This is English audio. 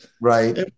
Right